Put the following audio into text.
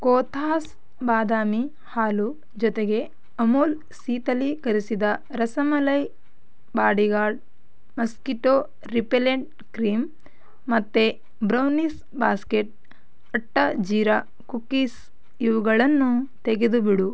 ಕೋಥಾಸ್ ಬಾದಾಮಿ ಹಾಲು ಜೊತೆಗೆ ಅಮುಲ್ ಶೀತಲೀಕರಿಸಿದ rasmalai bodyguard mosquito repellent cream ಮತ್ತು brownies basket atta jeera cookies ಇವುಗಳನ್ನು ತೆಗೆದುಬಿಡು